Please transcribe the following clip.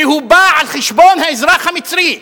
כי הוא בא על חשבון האזרח המצרי.